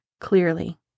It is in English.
clearly